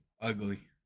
ugly